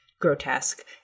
grotesque